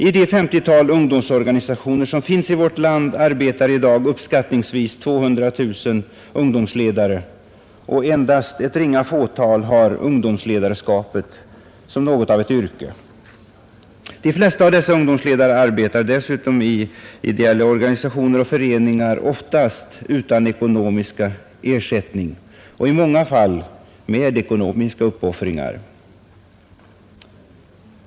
I det 50-tal ungdomsledarorganisationer som finns i vårt land arbetar i dag uppskattningsvis 200 000 ungdomsledare, och endast ett fåtal av dessa har ungdomsledarskapet som något av ett yrke. De flesta av ungdomsledarna arbetar i ideella organisationer och föreningar, oftast utan ekonomisk ersättning — och i många fall med ekonomiska uppoffringar.